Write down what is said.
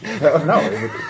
no